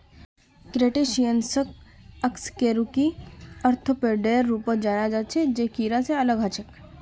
क्रस्टेशियंसक अकशेरुकी आर्थ्रोपोडेर रूपत जाना जा छे जे कीडा से अलग ह छे